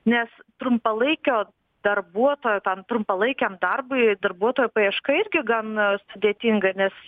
nes trumpalaikio darbuotojo tam trumpalaikiam darbui darbuotojo paieška irgi gana sudėtinga nes